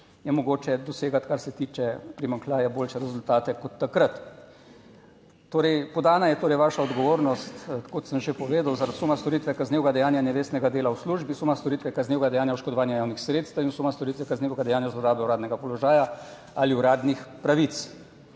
je mogoče dosegati, kar se tiče primanjkljaja, boljše rezultate kot takrat. Torej podana je torej vaša odgovornost, kot sem že povedal, zaradi suma storitve kaznivega dejanja nevestnega dela v službi, suma storitve kaznivega dejanja oškodovanja javnih sredstev in suma storitve kaznivega dejanja zlorabe uradnega položaja ali uradnih pravic.